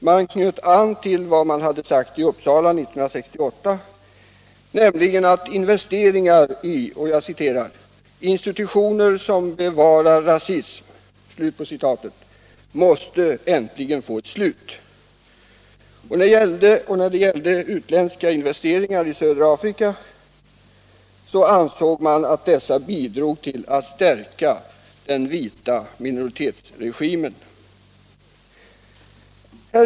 Man knöt an till vad som sagts i Uppsala 1968, nämligen att investeringar i ”institutioner som bevarar rasism” äntligen måste få ett slut. Och när det gällde utländska investeringar i södra Afrika ansåg man att dessa bidrog till att stärka den vita minoritetsregimen.